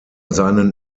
seinen